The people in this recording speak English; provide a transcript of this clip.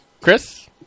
Chris